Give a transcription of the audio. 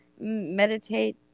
meditate